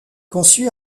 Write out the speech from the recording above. conçu